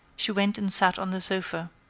she went and sat on the sofa.